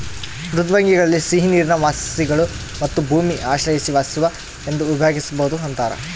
ಮೃದ್ವಂಗ್ವಿಗಳಲ್ಲಿ ಸಿಹಿನೀರಿನ ವಾಸಿಗಳು ಮತ್ತು ಭೂಮಿ ಆಶ್ರಯಿಸಿ ವಾಸಿಸುವ ಎಂದು ವಿಭಾಗಿಸ್ಬೋದು ಅಂತಾರ